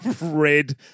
Red